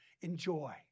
Enjoy